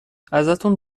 ازتون